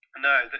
No